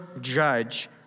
judge